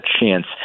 chance